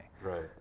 right